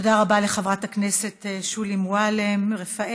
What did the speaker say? תודה רבה לחברת הכנסת שולי מועלם-רפאלי.